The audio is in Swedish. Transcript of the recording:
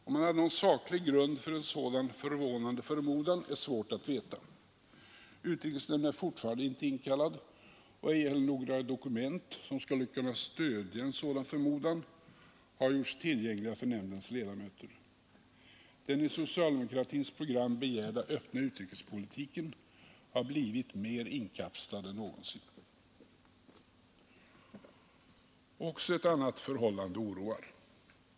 Om han hade någon saklig grund för en sådan förvånande förmodan är svårt att veta. Utrikesnämnden är fortfarande inte inkallad, och ej heller några dokument, som skulle kunna stödja en sådan förmodan, har gjorts tillgängliga för nämndens ledamöter. Den i socialdemokratins program begärda öppna utrikespolitiken har blivit mer inkapslad än någonsin. Också ett annat förhållande oroar.